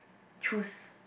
choose